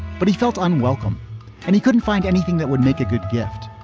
but he felt unwelcome and he couldn't find anything that would make a good gift.